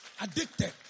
Addicted